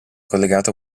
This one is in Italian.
collegato